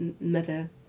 mother